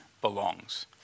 belongs